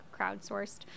crowdsourced